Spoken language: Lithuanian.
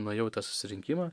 nuėjau į tą susirinkimą